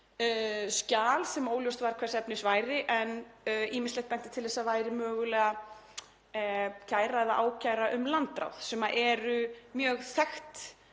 skjal sem óljóst var hvers efnis væri en ýmislegt benti til að væri mögulega ákæra um landráð. Það er mjög þekkt